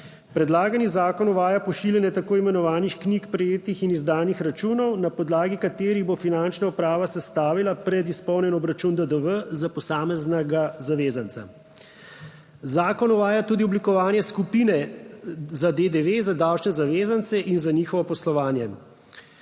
Predlagani zakon uvaja pošiljanje tako imenovanih knjig prejetih in izdanih računov, na podlagi katerih bo finančna uprava sestavila predizpolnjen obračun DDV za posameznega zavezanca. Zakon uvaja tudi oblikovanje skupine za DDV za davčne zavezance in za njihovo poslovanje.